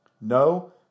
No